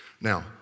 Now